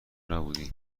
نبودی